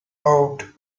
out